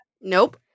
Nope